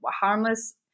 harmless